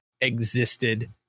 existed